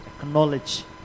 acknowledge